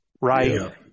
right